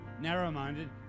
narrow-minded